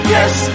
Yes